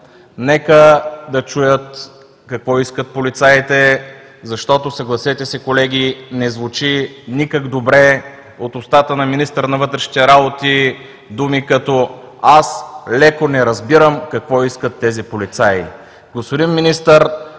нека да чуят какво искат полицаите, защото, съгласете се, колеги, не звучи никак добре от устата на министър на вътрешните работи думи като: „Аз леко не разбирам какво искат тези полицаи.“